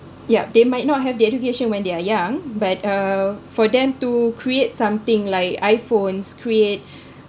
yup they might not have the education when they are young but uh for them to create something like iphones create